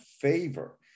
favor